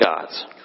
gods